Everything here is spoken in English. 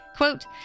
Quote